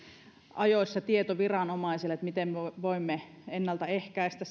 ajoissa tieto viranomaisille miten voimme ennaltaehkäistä